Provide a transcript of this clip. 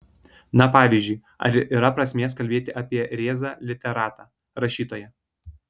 na pavyzdžiui ar yra prasmės kalbėti apie rėzą literatą rašytoją